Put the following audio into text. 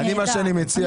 נהדר.